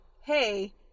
hey